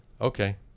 Okay